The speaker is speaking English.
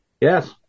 Yes